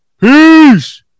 Peace